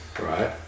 Right